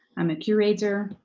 i'm a curator,